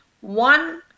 one